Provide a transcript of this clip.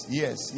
yes